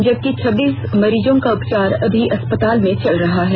जबकि छब्बीस मरीजों का उपचार अभी अस्पतालों में चल रहा है